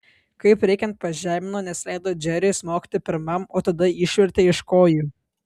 kaip reikiant pažemino nes leido džeriui smogti pirmam o tada išvertė iš kojų